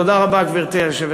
תודה רבה, גברתי היושבת-ראש.